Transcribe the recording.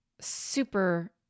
super